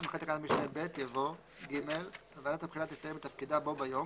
אחרי תקנת משנה (ב) יבוא: "(ג)ועדת הבחינה תסיים את תפקידה בו ביום